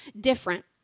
different